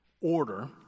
order